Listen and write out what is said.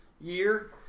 year